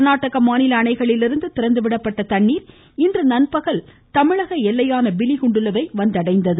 கர்நாடக மாநில அணைகளிலிருந்து திறந்துவிடப்பட்ட தண்ணீர் இன்று நண்பகல் தமிழக எல்லையான பிலிகுண்டுலுவை வந்தடைந்தது